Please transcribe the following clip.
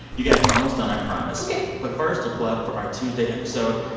you guys, we're almost done. i promise ok but first, a plug for our tuesday episode.